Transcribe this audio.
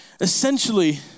essentially